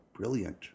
brilliant